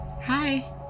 Hi